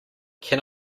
can